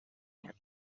here